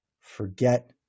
forget